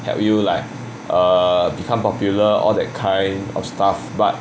help you like err become popular all that kind of stuff but